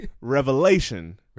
Revelation